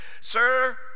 sir